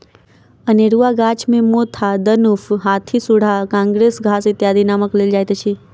अनेरूआ गाछ मे मोथा, दनुफ, हाथीसुढ़ा, काँग्रेस घास इत्यादिक नाम लेल जाइत अछि